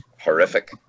horrific